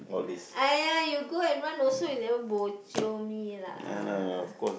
!aiya! you go and run also you never bo jio me lah